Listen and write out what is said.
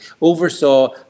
oversaw